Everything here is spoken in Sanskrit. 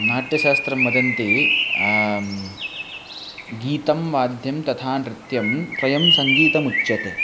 नाट्यशास्त्रं वदति गीतं वाद्यं तथा नृत्यं त्रयं सङ्गीतमुच्यते